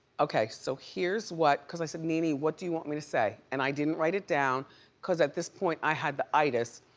okay, so here's what, cause i said, nene, what do you want me to say? and i didn't write it down cause at this point, i had the itis,